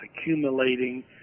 accumulating